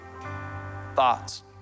thoughts